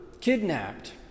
kidnapped